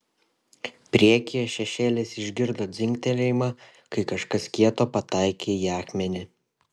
priekyje šešėlis išgirdo dzingtelėjimą kai kažkas kieto pataikė į akmenį